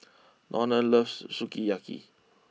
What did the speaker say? Donald loves Sukiyaki